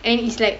and it's like